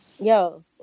Yo